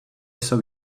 jsou